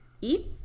eat